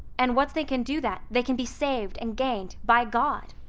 and once they can do that, they can be saved and gained by god!